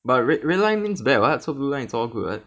but red red line means bad [what] so blue line is all good [what]